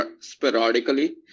sporadically